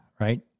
Right